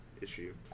issue